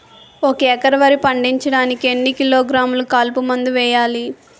ఒక ఎకర వరి పండించటానికి ఎన్ని కిలోగ్రాములు కలుపు మందు వేయాలి?